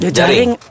jaring